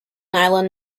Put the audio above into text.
island